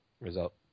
result